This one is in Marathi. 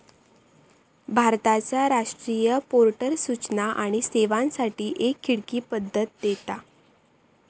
भारताचा राष्ट्रीय पोर्टल सूचना आणि सेवांसाठी एक खिडकी पद्धत देता